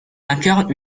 incarne